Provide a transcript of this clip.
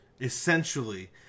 Essentially